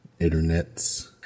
internets